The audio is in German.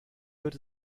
wird